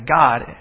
God